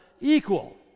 equal